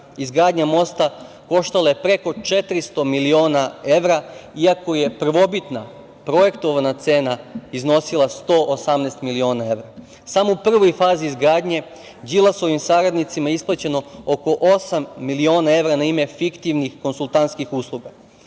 izgradnja mosta koštala je preko 400 miliona evra, iako je prvobitna projektovana cena iznosila 118 miliona evra. Samo u prvoj fazi izgradnje Đilasovim saradnicima isplaćeno je oko osam miliona evra na ime fiktivnih konsultantskih usluga.